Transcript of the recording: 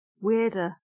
weirder